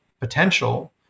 potential